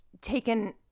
taken